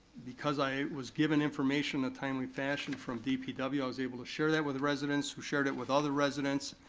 because i was given information in a timely fashion from dpw i was able to share that with residents, who shared it with other residents.